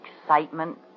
excitement